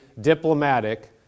diplomatic